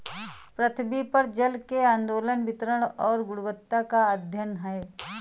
पृथ्वी पर जल के आंदोलन वितरण और गुणवत्ता का अध्ययन है